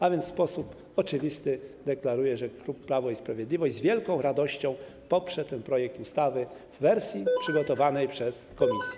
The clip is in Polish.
A więc w sposób oczywisty deklaruję, że klub Prawo i Sprawiedliwość z wielką radością poprze ten projekt ustawy w wersji przygotowanej przez komisję.